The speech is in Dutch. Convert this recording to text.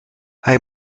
hij